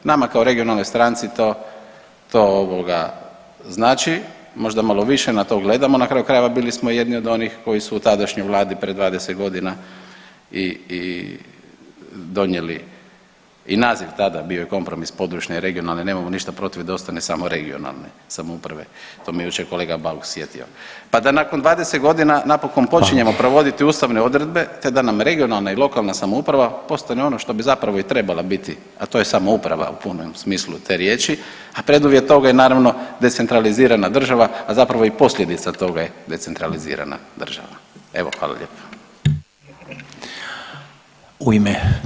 Nama kao regionalno stranci to, to ovoga znači, možda malo više na to gledamo, na kraju krajeva bili smo jedni od onih koji su u tadašnjoj vladi pred 20.g. i, i donijeli i naziv tada bio je kompromis područne i regionalne, nemao ništa protiv da ostane samo regionalne samouprave, to me jučer kolega Bauk sjetio, pa da nakon 20.g. napokon počinjemo provoditi ustavne odredbe, te da nam regionalna i lokalna samouprava postane ono što bi zapravo i trebala biti, a to je samouprava u punom smislu te riječi, a preduvjet toga je naravno decentralizirana država, a zapravo i posljedica toga je decentralizirana država, evo hvala lijepo.